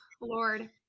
Lord